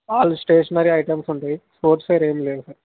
all stationery items ఉంటాయి sports wear ఏంలేవు sir